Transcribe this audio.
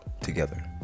together